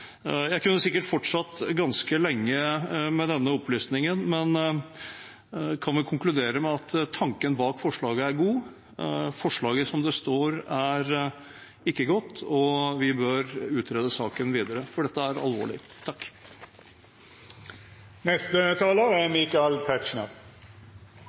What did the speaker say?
Jeg kunne sikkert fortsatt ganske lenge med denne opplistingen, men kan vel konkludere med at tanken bak forslaget er god. Forslaget som det står, er ikke godt, og vi bør utrede saken videre, for dette er alvorlig.